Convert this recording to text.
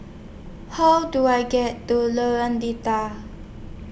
How Do I get to Lorong Data